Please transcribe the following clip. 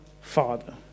father